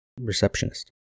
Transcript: Receptionist